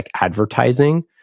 advertising